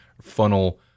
funnel